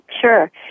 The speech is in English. sure